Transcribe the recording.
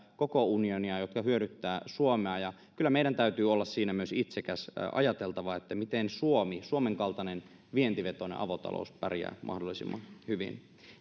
koko unionia jotka hyödyttävät suomea ja kyllä meidän täytyy olla siinä myös itsekäs on ajateltava miten suomi suomen kaltainen vientivetoinen avotalous pärjää mahdollisimman hyvin